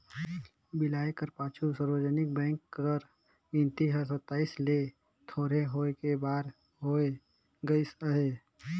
बिलाए कर पाछू सार्वजनिक बेंक कर गिनती हर सताइस ले थोरहें होय के बारा होय गइस अहे